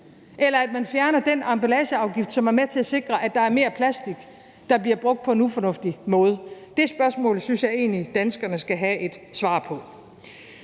det, at man fjerner den emballageafgift, som er med til at sikre, at der er mere plastik, der bliver brugt på en fornuftig måde? Det spørgsmål synes jeg egentlig danskerne skal have et svar på.